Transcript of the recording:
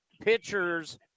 pitchers